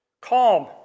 Calm